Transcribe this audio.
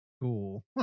Cool